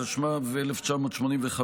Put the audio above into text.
התשמ"א 1985,